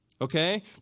okay